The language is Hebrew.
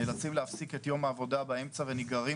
נאלצים להפסיק את יום העבודה באמצע ונגררים